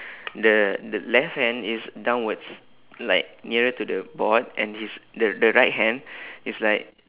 the the left hand is downwards like nearer to the board and his the the right hand is like